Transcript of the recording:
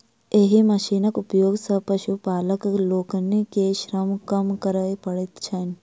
एहि मशीनक उपयोग सॅ पशुपालक लोकनि के श्रम कम करय पड़ैत छैन